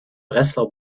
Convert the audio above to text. breslau